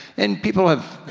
and people have,